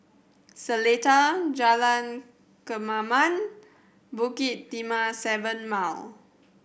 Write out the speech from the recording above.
Seletar Jalan Kemaman Bukit Timah Seven Mile